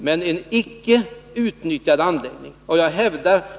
Men en icke utnyttjad anläggning kostar också.